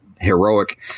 heroic